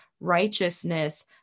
righteousness